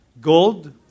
Gold